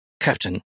Captain